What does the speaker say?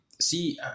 see